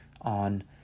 on